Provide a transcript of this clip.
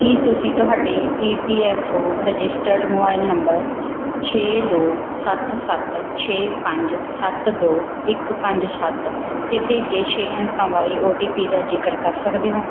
ਕੀ ਤੁਸੀਂ ਤੁਹਾਡੇ E P F O registered mobile number ਛੇ ਦੋ ਸੱਤ ਸੱਤ ਛੇ ਪੰਜ ਸੱਤ ਦੋ ਇੱਕ ਪੰਜ ਸੱਤ ਤੇ ਭੇਜੇ ਛੇ ਅੰਕਾਂ ਵਾਲੇ ਓ ਟੀ ਪੀ ਦਾ ਜ਼ਿਕਰ ਕਰ ਸਕਦੇ ਹੋ